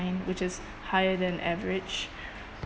which is higher than average